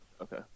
Okay